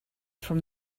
from